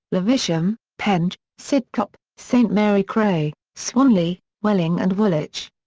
lewisham, penge, sidcup, st mary cray, swanley, welling and woolwich.